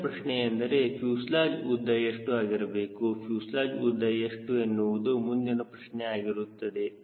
ಮುಂದಿನ ಪ್ರಶ್ನೆ ಎಂದರೆ ಫ್ಯೂಸೆಲಾಜ್ ಉದ್ದ ಎಷ್ಟು ಆಗಿರಬೇಕು ಫ್ಯೂಸೆಲಾಜ್ ಉದ್ದ ಎಷ್ಟು ಎನ್ನುವುದು ಮುಂದಿನ ಪ್ರಶ್ನೆ ಆಗಿರುತ್ತದೆ